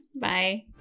Bye